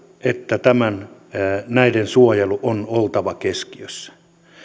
että näiden suojelun on oltava keskiössä